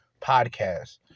Podcast